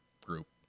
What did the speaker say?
group